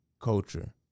culture